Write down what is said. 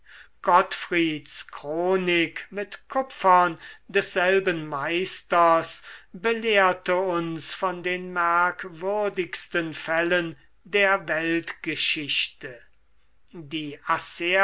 gottfrieds chronik mit kupfern desselben meisters belehrte uns von den merkwürdigsten fällen der weltgeschichte die